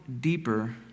deeper